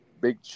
big